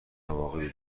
عواقبی